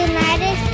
United